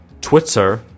Twitter